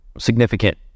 Significant